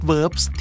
Verbs